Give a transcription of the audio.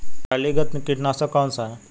प्रणालीगत कीटनाशक कौन सा है?